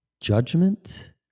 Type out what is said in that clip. judgment